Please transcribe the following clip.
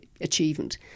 achievement